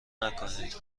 نکنید